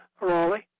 Raleigh